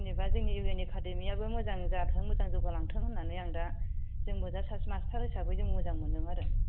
जेन'बा जोंनि इउ एन एकाडेमियाबो मोजां जाथों मोजां जौगालांथों होननानै आं दा जोंबो दा सासे मास्टार हिसाबै जों मोजां मोनदों आरो